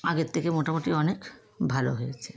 আগের থেকে মোটামুটি অনেক ভালো হয়েছে